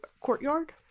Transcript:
courtyard